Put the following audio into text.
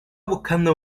buscando